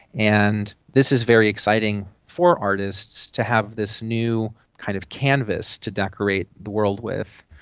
and this is very exciting for artists, to have this new kind of canvas to decorate the world with.